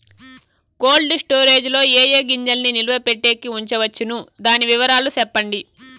Cold storage లో ఏ ఏ గింజల్ని నిలువ పెట్టేకి ఉంచవచ్చును? దాని వివరాలు సెప్పండి?